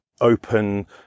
open